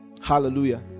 hallelujah